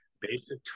basic